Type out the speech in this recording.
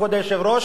כבוד היושב-ראש,